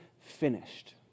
finished